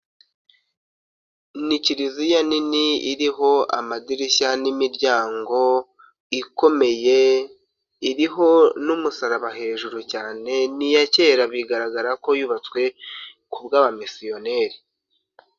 Ni kiriziya nini iriho amadirishya n'imiryango ikomeye iriho n'umusaraba hejuru cyane ni iya kera bigaragara ko yubatswe ku bw'abamisiyoneri.